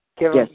Yes